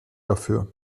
dafür